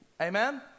Amen